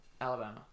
Alabama